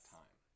time